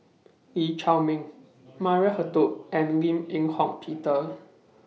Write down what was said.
Lee Chiaw Meng Maria Hertogh and Lim Eng Hock Peter